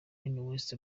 west